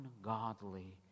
ungodly